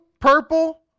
purple